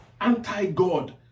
anti-God